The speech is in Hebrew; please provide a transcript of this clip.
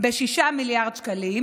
ב-6 מיליארד שקלים,